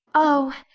oh,